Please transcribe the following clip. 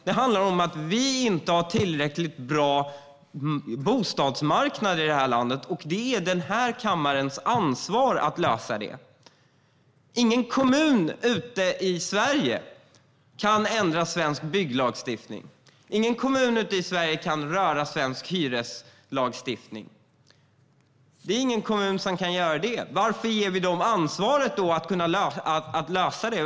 Det handlar om att vi inte har en tillräckligt bra bostadsmarknad i det här landet, och det är den här kammarens ansvar att lösa det. Ingen kommun ute i Sverige kan ändra svensk bygglagstiftning. Ingen kommun ute i Sverige kan röra svensk hyreslagstiftning. Det är ingen kommun som kan göra det. Varför ger vi dem då ansvaret att lösa det?